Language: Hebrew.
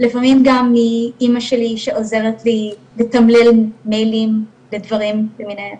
לפעמים גם מאמא שלי שעוזרת לי לתמלל מיילים ודברים כאלה.